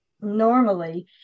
normally